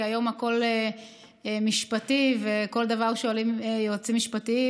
כי היום הכול משפטי וכל דבר שואלים את היועצים המשפטיים,